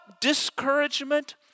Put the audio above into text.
discouragement